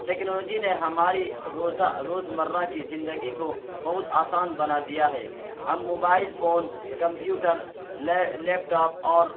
technology نے ہماری روزہ روزمرہ کی زندگی کو بہت آسان بنا دیا ہے ہم موبائل فون کمپیوٹر لے لیپ ٹاپ اور